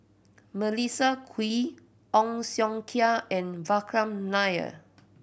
Melissa Kwee Ong Siong Kai and Vikram Nair